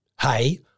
Hey